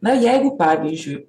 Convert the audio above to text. na jeigu pavyzdžiui